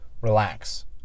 relax